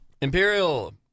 Imperial